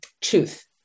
truth